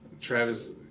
Travis